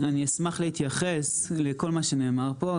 אני אשמח להתייחס לכל מה שנאמר פה,